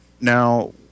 now